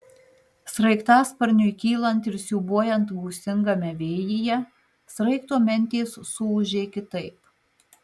sraigtasparniui kylant ir siūbuojant gūsingame vėjyje sraigto mentės suūžė kitaip